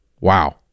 Wow